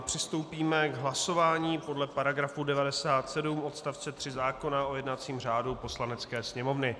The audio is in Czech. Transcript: Přistoupíme k hlasování podle § 97 odst. 3 zákona o jednacím řádu Poslanecké sněmovny.